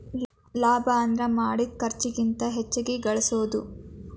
ಲಾಭ ಅಂದ್ರ ಮಾಡಿದ್ ಖರ್ಚಿಗಿಂತ ಹೆಚ್ಚಿಗಿ ಗಳಸೋದು